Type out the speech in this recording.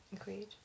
Agreed